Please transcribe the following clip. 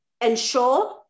ensure